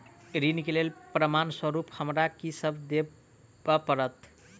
ऋण केँ लेल प्रमाण स्वरूप हमरा की सब देब पड़तय?